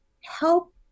help